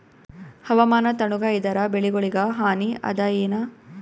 ಹವಾಮಾನ ತಣುಗ ಇದರ ಬೆಳೆಗೊಳಿಗ ಹಾನಿ ಅದಾಯೇನ?